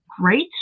great